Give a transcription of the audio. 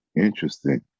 Interesting